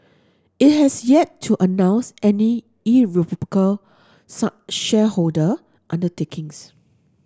it has yet to announce any irrevocable shareholder undertakings